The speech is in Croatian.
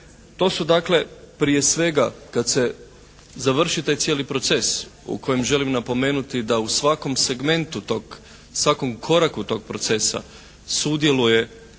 To su dakle prije svega kad se završi taj cijeli proces u kojem želim napomenuti da u svakom segmentu tog, svakom koraku tog procesa sudjeluje